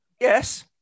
Yes